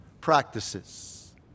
practices